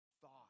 thought